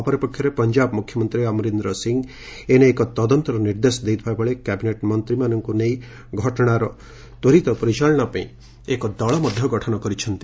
ଅପରପକ୍ଷରେ ପଞ୍ଜାବ ମୁଖ୍ୟମନ୍ତ୍ରୀ ଅମରିନ୍ଦ୍ର ସିଂ ଏ ନେଇ ଏକ ତଦନ୍ତର ନିର୍ଦ୍ଦେଶ ଦେଇଥିବା ବେଳେ କ୍ୟାବିନେଟ୍ ମନ୍ତ୍ରୀଙ୍କୁ ନେଇ ଘଟଣାର ତ୍ୱରିତ ପରିଚାଳନା ପାଇଁ ଏକ ଦଳ ଗଠନ କରିଛନ୍ତି